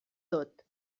tot